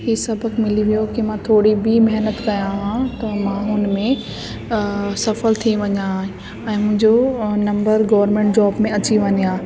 हे सबकु मिली वियो की मां थोरी ॿी महिनतु कयां हा त मां हुनमें सफ़ल थी वञा हा ऐं मुंहिंजो नंबर गोर्मेंट जॉब में अची वञे हा